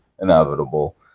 inevitable